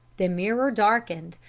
the mirror darkened,